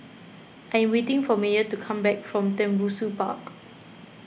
I am waiting for Meyer to come back from Tembusu Park